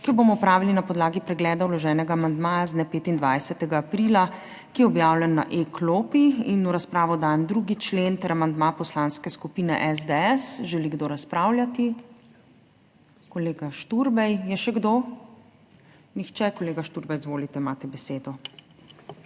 ki jo bomo opravili na podlagi pregleda vloženega amandmaja z dne 25. aprila, ki je objavljen na e-klopi. V razpravo dajem 2. člen ter amandma poslanske skupine SDS. Želi kdo razpravljati? Kolega Šturbej. Je še kdo? Nihče. Kolega Šturbej, izvolite, imate besedo.